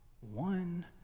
one